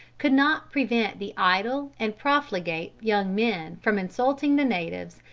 could not prevent the idle and profligate young men from insulting the natives,